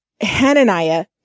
Hananiah